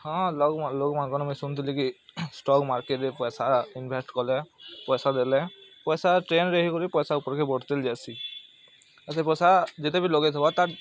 ହଁ ଲଘୁ ଲଘୁ ମୁଇଁ ଶୁଣିଥିଲି କି ଷ୍ଟକ୍ ମାର୍କେଟ୍ରେ ପଇସା ଇନଭେଷ୍ଟ୍ କଲେ ପଇସା ଦେଲେ ପଇସା ଚେଞ୍ଜ୍ ହେଇ କରି ପଇସା ଉପରକେ ବଢ଼ତେ ଯାସି ଆଉ ପଇସା ଯେତେ ବି ଲଗେଇଥିବାର୍ ତାର୍